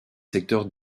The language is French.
secteurs